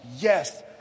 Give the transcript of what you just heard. yes